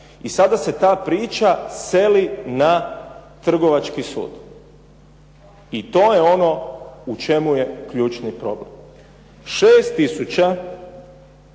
I sada se ta priča seli na Trgovački sud i to je ono u čemu je ključni problem. 6